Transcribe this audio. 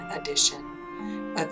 edition